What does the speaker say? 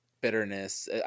bitterness